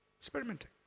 experimenting